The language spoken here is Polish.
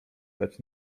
kać